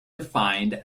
defined